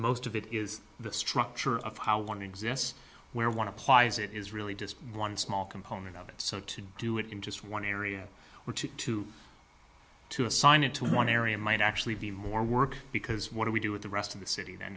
most of it is the structure of how one exists where one applies it is really just one small component of it so to do it in just one area or to two to assign it to one area might actually be more work because what do we do with the rest of the city then